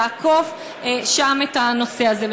לאכוף שם את הנושא הזה.